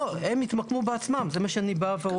לא, הם התמקמו בעצמם, זה מה שאני אומר.